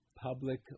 public